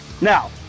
Now